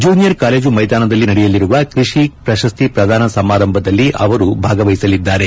junior college ಮೈದಾನದಲ್ಲಿ ನಡೆಯಲಿರುವ ಕೃಷಿ ಪ್ರಶಸ್ತಿ ಪ್ರದಾನ ಸಮಾರಂಭದಲ್ಲಿ ಅವರು ಭಾಗವಹಿಸಲಿದ್ದಾರೆ